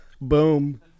Boom